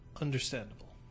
Understandable